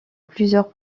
plusieurs